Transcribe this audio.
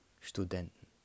Studenten